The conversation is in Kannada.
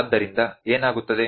ಆದ್ದರಿಂದ ಏನಾಗುತ್ತದೆ